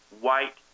white